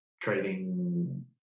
trading